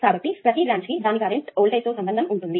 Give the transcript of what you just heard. కాబట్టి ప్రతి బ్రాంచ్ కి దాని కరెంట్ వోల్టేజ్ తో సంబంధం ఉంటుంది